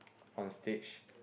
on a stage